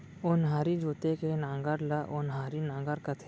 ओन्हारी जोते के नांगर ल ओन्हारी नांगर कथें